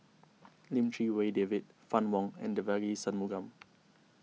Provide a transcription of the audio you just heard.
Lim Chee Wai David Fann Wong and Devagi Sanmugam